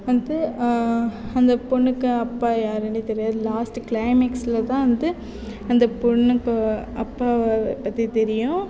வந்து அந்த பொண்ணுக்கு அப்பா யாருன்னு தெரியாது லாஸ்ட்டு கிளைமேக்ஸ்சில் தான் வந்து அந்த பொண்ணுக்கு அப்பாவை பற்றி தெரியும்